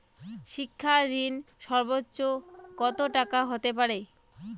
শিক্ষা ঋণ সর্বোচ্চ কত টাকার হতে পারে?